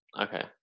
Okay